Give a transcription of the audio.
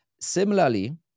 Similarly